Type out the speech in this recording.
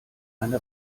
eine